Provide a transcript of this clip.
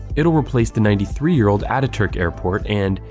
it'll replace the ninety three year old ataturk airport and,